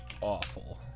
awful